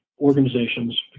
organizations